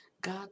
God